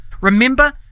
Remember